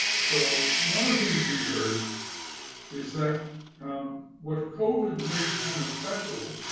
so one of the things we heard is that what covid makes kind of special